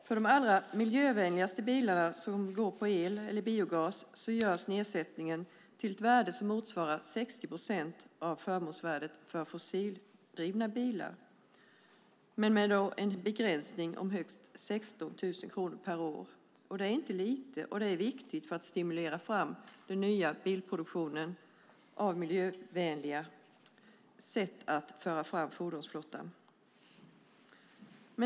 För de allra miljövänligaste bilarna som går på el eller biogas görs nedsättningen till ett värde som motsvarar 60 procent av förmånsvärdet för fossildrivna bilar, med en begränsning om högst 16 000 kronor per år. Det är inte lite, och det är viktigt för att stimulera produktionen av nya och miljövänliga sätt att föra fram fordonsflottan.